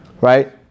right